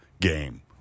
game